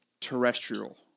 terrestrial